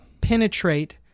penetrate